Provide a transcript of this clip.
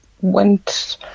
went